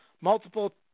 multiple